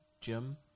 Jim